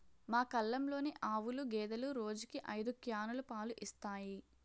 మా కల్లంలోని ఆవులు, గేదెలు రోజుకి ఐదు క్యానులు పాలు ఇస్తాయి